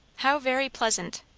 how very pleasant,